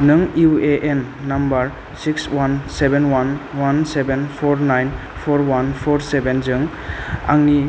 नों UAN number six one seven one one seven four nine four one four seven जों आंनि